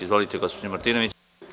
Izvolite gospođo Martinović.